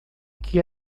que